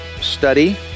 study